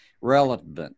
relevant